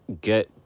get